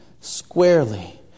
squarely